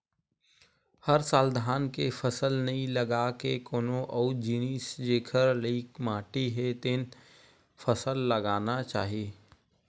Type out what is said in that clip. हर साल धान के फसल नइ लगा के कोनो अउ जिनिस जेखर लइक माटी हे तेन फसल लगाना चाही